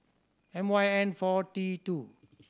M Y N four T two